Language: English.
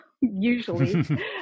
Usually